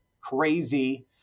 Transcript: crazy